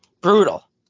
brutal